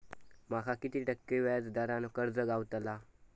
माका किती टक्के व्याज दरान कर्ज गावतला?